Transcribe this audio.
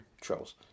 trolls